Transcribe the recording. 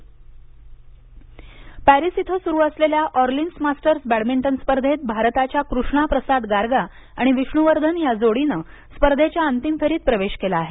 badminton Paris इथं सुरु असलेल्या ऑर्लिन्स मास्टर्स बॅडमिंटन स्पर्धेत भारताच्या कृष्णा प्रसाद गारगा आणि विष्णू वर्धन या जोडीने स्पर्धेच्या अंतिम फेरीत प्रवेश केला आहे